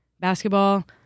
basketball